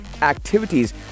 activities